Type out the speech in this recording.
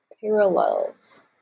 parallels